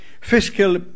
Fiscal